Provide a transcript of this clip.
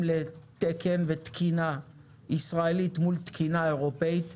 לתקן ותקינה ישראלית מול תקינה אירופאית,